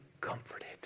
comforted